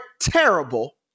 terrible